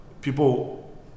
people